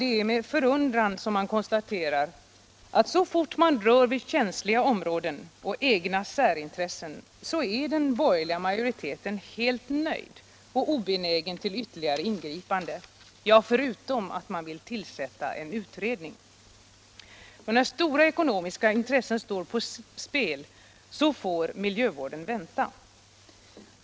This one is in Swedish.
Det är med förundran jag konstaterar att så fort man rör vid känsliga områden och egna särintressen är den borgerliga majoriteten helt nöjd och obenägen till ytterligare ingripanden, förutom att man vill tillsätta en utredning. När stora ekonomiska intressen står på spel får miljövården vänta.